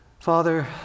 Father